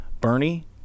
Bernie